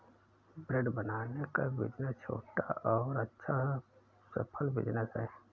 bread बनाने का business छोटा और अच्छा सफल बिज़नेस है